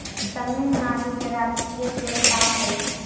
तमिलनाडु के राजकीय पेड़ ताड़ हई